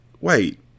Wait